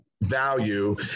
value